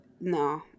No